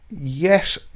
Yes